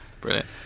Brilliant